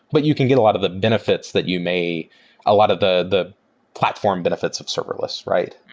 but you can get a lot of the benefits that you may a lot of the the platform benefits of serverless, right?